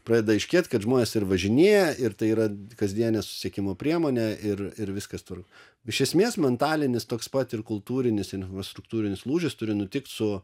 pradeda aiškėti kad žmonės ir važinėja ir tai yra kasdienė susisiekimo priemonė ir ir viskas tvarkoj iš esmės mentalinis toks pat ir kultūrinis infrastruktūrinis lūžis turi nutikti su